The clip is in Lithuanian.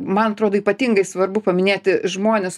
man atrodo ypatingai svarbu paminėti žmones